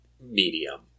medium